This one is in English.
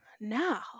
Now